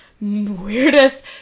weirdest